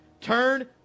Turn